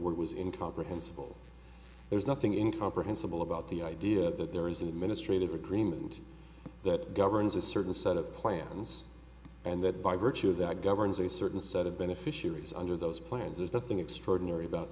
word was in comprehensible there's nothing in comprehensible about the idea that there is an administrative agreement that governs a certain set of plans and that by virtue of that governs a certain set of beneficiaries under those plans there's nothing extraordinary about